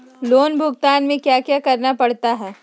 loan भुगतान में क्या क्या करना पड़ता है